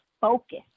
focus